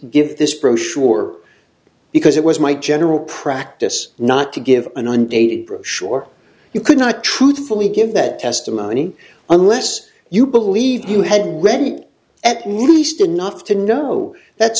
give this brochure because it was my general practice not to give an undated brochure you cannot truthfully give that testimony unless you believe you hadn't read it at least enough to know that